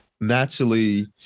Naturally